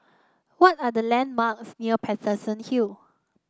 what are the landmarks near Paterson Hill